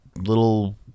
little